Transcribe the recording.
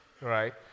right